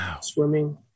swimming